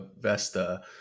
Vesta